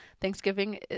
Thanksgiving